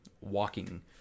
walking